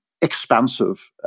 expansive